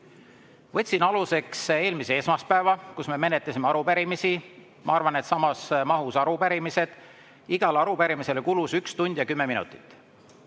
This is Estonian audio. Võtsin aluseks eelmise esmaspäeva, kus me menetlesime arupärimisi – ma arvan, et need olid samas mahus arupärimised –, igale arupärimisele kulus 1 tund ja 10 minutit.